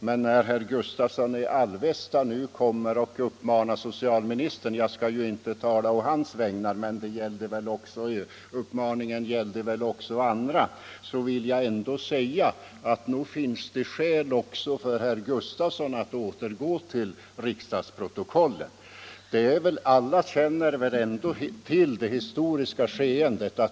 Men när herr Gustavsson i Alvesta nu kommer och uppmanar socialministern att läsa riksdagsprotokollen — jag skall inte tala å dennes vägnar, men uppmaningen gällde väl också andra — vill jag säga: nog finns det skäl också för herr Gustavsson att gå tillbaka till riksdagsprotokollet. Alla känner väl ändå till det historiska skeendet.